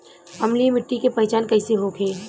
अम्लीय मिट्टी के पहचान कइसे होखे?